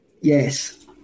Yes